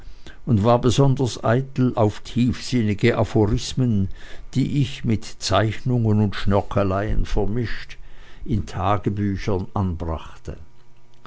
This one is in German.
und war besonders eitel auf tiefsinnige aphorismen die ich mit zeichnungen und schnörkeleien vermischt in tagebüchern anbrachte